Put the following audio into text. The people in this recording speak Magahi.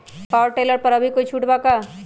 पाव टेलर पर अभी कोई छुट बा का?